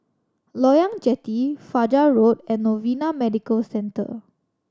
Loyang Jetty Fajar Road and Novena Medical Centre